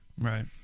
Right